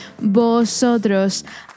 Vosotros